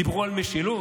דיברו על משילות?